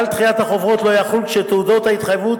כלל דחיית החובות לא יחול כשתעודות ההתחייבות